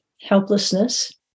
helplessness